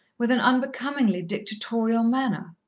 with an unbecomingly dictatorial manner.